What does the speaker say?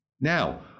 Now